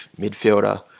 midfielder